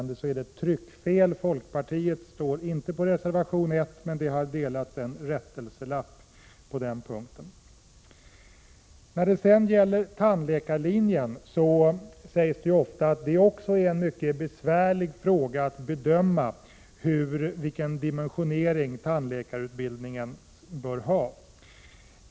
Det sägs ofta att det är besvärligt att bedöma vilken dimensionering tandläkarutbildningen bör ha.